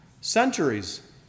centuries